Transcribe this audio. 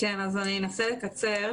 אני אנסה לקצר.